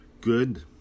Good